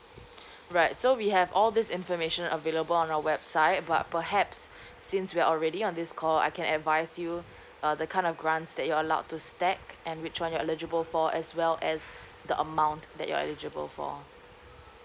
right so we have all these information available on our website but perhaps since we are already on this call I can advise you uh the kind of grants that you're allowed to stack and which one you're eligible for as well as the amount that you're eligible for